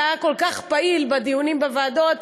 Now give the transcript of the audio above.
שהיה כל כך פעיל בדיונים בוועדות,